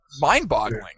mind-boggling